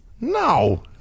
No